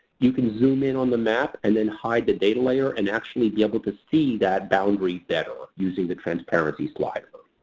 you can zoom in on the map, and then hide the data layer, and actually be able to see that boundary better, using the transparency slider.